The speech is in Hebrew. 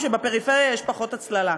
מכך שבפריפריה יש פחות הצללה.